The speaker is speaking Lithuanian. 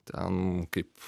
ten kaip